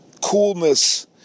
coolness